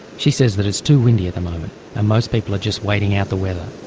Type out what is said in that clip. she says that it's too windy at the moment and most people are just waiting out the weather,